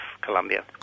Colombia